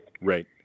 Right